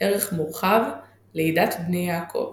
ערך מורחב – לידת בני יעקב